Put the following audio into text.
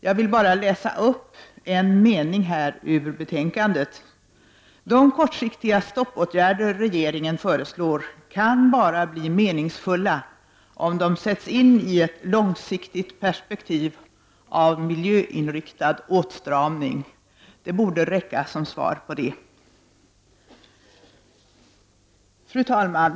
Jag vill bara läsa upp en mening ur vår reservation till betänkandet: ”De kortsiktiga 'stoppåtgärder” regeringen föreslår kan bara bli meningsfulla om de sätts in i ett långsiktigt perspektiv av miljöinriktad åtstramning.” Det borde räcka som svar. Fru talman!